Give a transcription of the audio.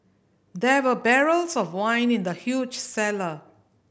there were barrels of wine in the huge cellar